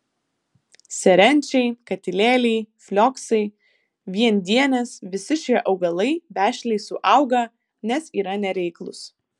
serenčiai katilėliai flioksai viendienės visi šie augalai vešliai suauga nes yra nereiklūs